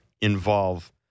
involve